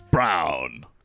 Brown